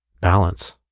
Balance